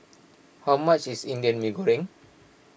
how much is Indian Mee Goreng